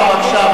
בבקשה, בבקשה.